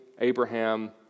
Abraham